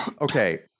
okay